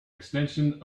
extension